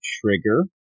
trigger